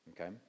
okay